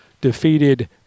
defeated